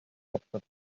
hauptstadt